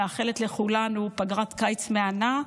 מאחלת לכולנו פגרת קיץ מהנה.